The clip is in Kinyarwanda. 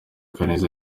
kaneza